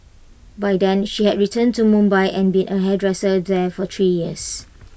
by then she had returned to Mumbai and been A hairdresser there for three years